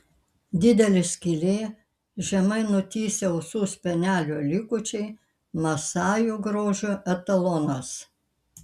didelė skylė žemai nutįsę ausų spenelių likučiai masajų grožio etalonas